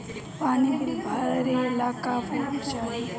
पानी बिल भरे ला का पुर्फ चाई?